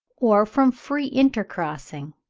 or from free intercrossing,